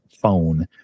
phone